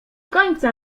końca